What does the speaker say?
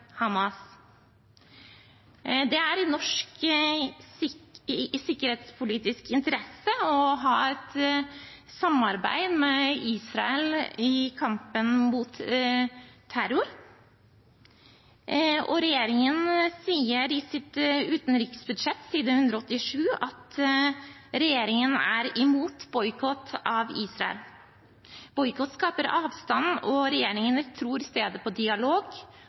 Hamas. Det er i norsk sikkerhetspolitisk interesse å ha et samarbeid med Israel i kampen mot terror, og regjeringen sier i sitt utenriksbudsjett, på side 187, at regjeringen er imot boikott av Israel. Boikott skaper avstand. Regjeringen tror i stedet på dialog